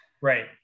Right